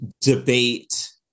debate